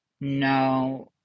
no